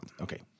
Okay